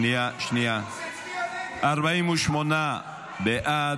48 בעד,